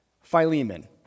Philemon